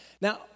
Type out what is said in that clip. Now